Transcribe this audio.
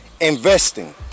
investing